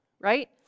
right